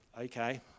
Okay